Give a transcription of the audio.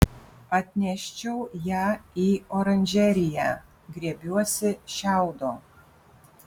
atneščiau ją į oranžeriją griebiuosi šiaudo